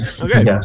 Okay